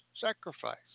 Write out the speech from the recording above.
sacrifice